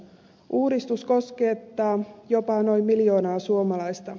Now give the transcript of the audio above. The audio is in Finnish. uudistus koskettaa jopa noin miljoonaa suomalaista